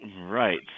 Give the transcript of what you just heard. Right